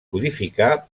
codificar